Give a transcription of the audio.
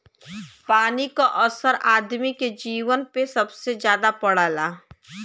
पानी क असर आदमी के जीवन पे सबसे जादा पड़ला